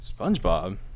SpongeBob